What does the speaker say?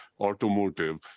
automotive